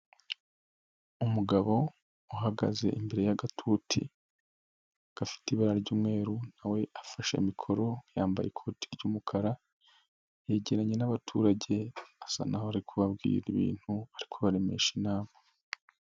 Umugabo uhagaze imbere y'agatuti, gafite ibara ry'umweru, na we afashe mikoro yambaye ikoti ry'umukara, yegeranye n'abaturage asa naho ari kubabwira ibintu ari ku baremesha inama.